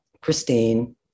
Christine